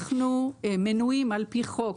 אנחנו מנועים על פי חוק,